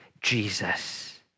Jesus